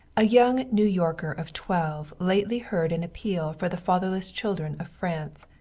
a young new-yorker of twelve lately heard an appeal for the fatherless children of france,